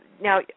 now